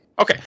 Okay